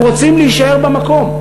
הם רוצים להישאר במקום.